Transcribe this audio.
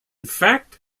fact